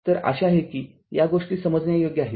तरआशा आहे की या गोष्टी समजण्यायोग्य आहेत